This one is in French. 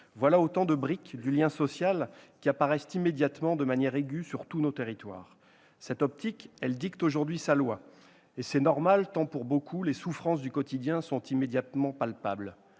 ; autant de briques de lien social qui apparaissent immédiatement de manière aiguë dans tous nos territoires. Cette optique dicte aujourd'hui sa loi, et c'est normal, tant les souffrances du quotidien sont immédiatement palpables